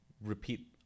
repeat